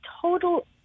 total